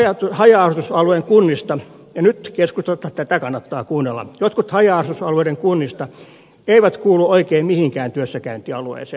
jotkut haja asutusalueiden kunnista ja nyt keskusta tätä kannattaa kuunnella eivät kuulu oikein mihinkään työssäkäyntialueeseen